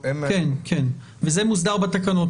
וזה מוסדר בתקנות.